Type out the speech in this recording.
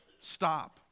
Stop